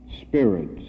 spirits